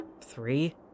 three